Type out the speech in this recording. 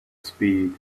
speed